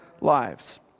lives